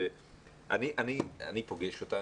אני פוגש אותם,